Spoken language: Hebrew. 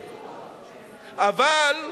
אדוני,